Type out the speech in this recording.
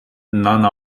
none